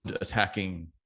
attacking